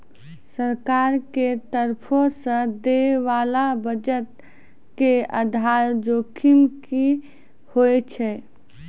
सरकार के तरफो से दै बाला बजट के आधार जोखिम कि होय छै?